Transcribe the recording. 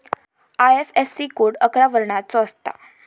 IFSC code अकरा वर्णाचो असता